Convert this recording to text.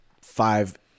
five